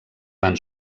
van